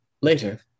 Later